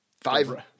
Five